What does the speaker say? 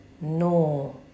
No